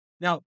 Now